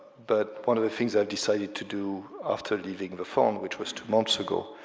but one of the things i've decided to do after leaving the fund, which was two months ago,